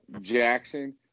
Jackson